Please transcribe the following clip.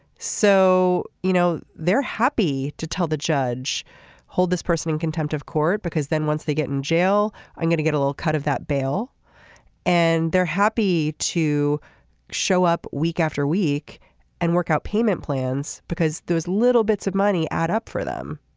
so you know they're happy to tell the judge hold this person in contempt of court because then once they get in jail i'm going to get a little cut of that bail and they're happy to show up week after week and work out payment plans because those little bits of money add up for them.